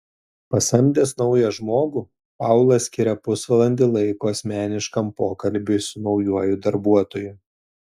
pasamdęs naują žmogų paulas skiria pusvalandį laiko asmeniškam pokalbiui su naujuoju darbuotoju